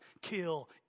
kill